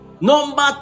number